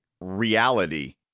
reality